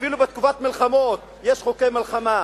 אפילו בתקופת מלחמות יש חוקי מלחמה,